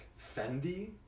Fendi